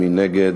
מי נגד?